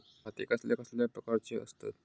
खाते कसल्या कसल्या प्रकारची असतत?